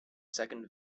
second